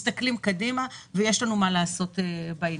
מסתכלים קדימה, ויש לנו מה לעשות בעניין.